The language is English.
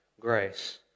grace